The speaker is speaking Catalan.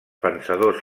pensadors